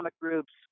groups